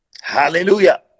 Hallelujah